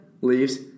Leaves